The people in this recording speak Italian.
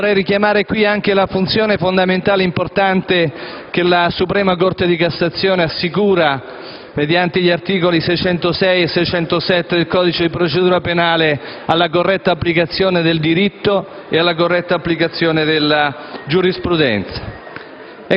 ma vorrei richiamare anche la funzione fondamentale, importante, che la Suprema Corte di cassazione assicura in base agli articoli 606 e 607 del codice di procedura penale alla corretta applicazione del diritto e alla corretta applicazione della giurisprudenza.